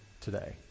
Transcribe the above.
today